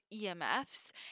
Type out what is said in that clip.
EMFs